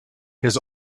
his